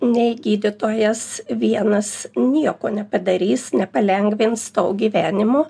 nei gydytojas vienas nieko nepadarys nepalengvins tavo gyvenimo